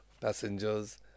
passengers